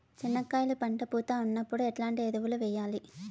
చెనక్కాయలు పంట పూత ఉన్నప్పుడు ఎట్లాంటి ఎరువులు వేయలి?